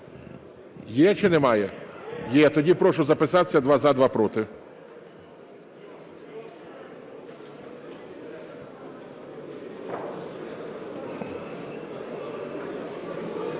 Є чи немає? Є. Тоді прошу записатися: два – за, два – проти.